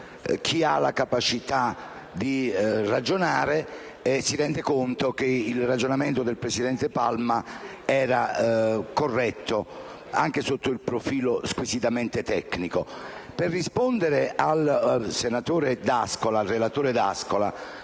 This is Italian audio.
chi ha la capacità di ragionare si rende conto che il ragionamento del presidente Palma era corretto anche sotto il profilo squisitamente tecnico. Per rispondere al relatore, senatore D'Ascola,